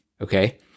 okay